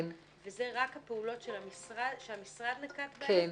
וזה רק הפעולות שהמשרד נקט בהן,